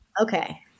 Okay